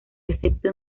excepto